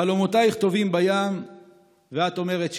/ חלומותייך טובעים בים / ואת אומרת שירה".